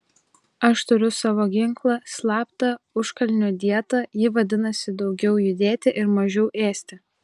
aš turiu savo ginklą slaptą užkalnio dietą ji vadinasi daugiau judėti ir mažiau ėsti